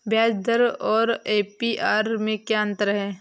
ब्याज दर और ए.पी.आर में क्या अंतर है?